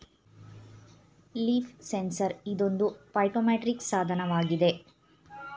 leaf sensor ಇದೊಂದು phytometric ಸಾಧನವಾಗಿದೆ